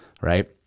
right